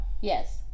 Yes